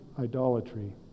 idolatry